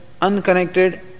unconnected